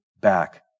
back